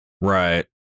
Right